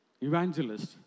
evangelist